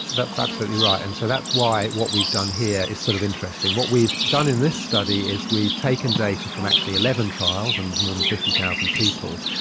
that's absolutely right, and so that's why what we've done here is sort of interesting. what we've done in this study is we've taken data from actually eleven trials and more than fifty thousand people.